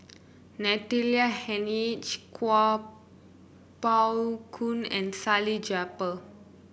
Natalie Hennedige Kuo Pao Kun and Salleh Japar